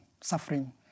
suffering